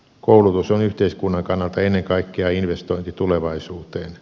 koulutus on yhteiskunnan kannalta ennen kaikkea investointi tulevaisuuteen